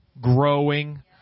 growing